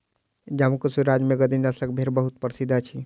जम्मू कश्मीर राज्य में गद्दी नस्लक भेड़ बहुत प्रसिद्ध अछि